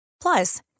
plus